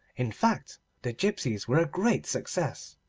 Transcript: in fact the gipsies were a great success.